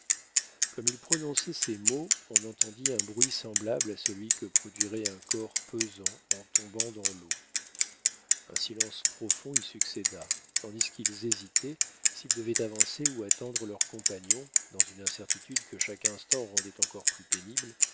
comme il prononçait ces mots on entendit un bruit semblable à celui que produirait un corps pesant en tombant dans l'eau un silence profond y succéda tandis qu'ils hésitaient s'ils devaient avancer ou attendre leur compagnon dans une incertitude que chaque instant rendait encore plus pénible